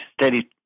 steady